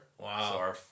Wow